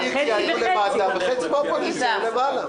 --- חצי מהקואליציה למטה וחצי מהאופוזיציה למעלה.